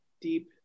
deep